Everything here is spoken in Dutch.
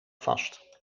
vast